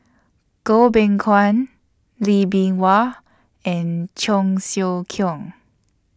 Goh Beng Kwan Lee Bee Wah and Cheong Siew Keong